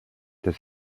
des